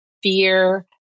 fear